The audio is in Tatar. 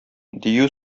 дию